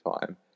time